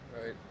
right